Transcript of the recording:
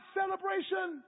celebration